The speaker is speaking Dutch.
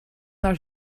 naar